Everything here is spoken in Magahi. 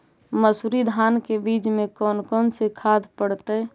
मंसूरी धान के बीज में कौन कौन से खाद पड़तै?